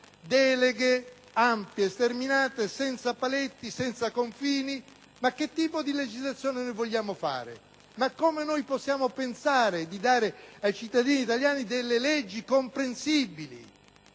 deleghe ampie, sterminate, senza paletti e senza confini. Ma che tipo di legislazione vogliamo fare? Ma come possiamo pensare di dare ai cittadini italiani delle leggi comprensibili,